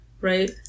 right